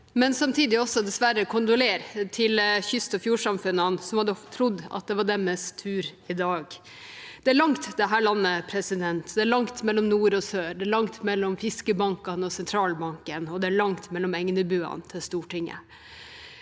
men samtidig dessverre kondolere kyst- og fjordsamfunnene som hadde trodd det var deres tur i dag. Det er langt, dette landet. Det er langt mellom nord og sør. Det er langt mellom fiskebankene og sentralbanken. Det er langt mellom egnebuene og Stortinget,